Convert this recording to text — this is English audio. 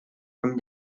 from